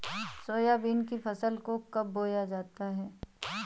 Soybean की फसल को कब बोया जाता है?